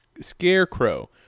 Scarecrow